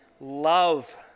Love